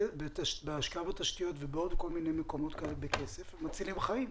שבהשקעה בתשתיות ובכל מיני מקומות כאלה בכסף מצילים חיים.